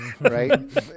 Right